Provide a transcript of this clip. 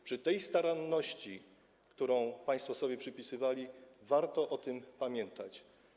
Przy tej staranności, którą państwo sobie przypisywali, warto o tym pamiętać.